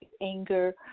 anger